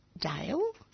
Dale